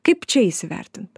kaip čia įsivertint